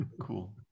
Cool